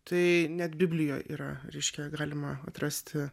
tai net biblijoj yra reiškia galima atrasti